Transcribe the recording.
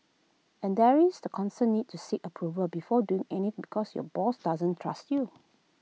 and there is the constant need to seek approval before doing anything because your boss doesn't trust you